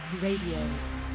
Radio